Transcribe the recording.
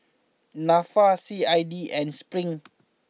Nafa C I D and Spring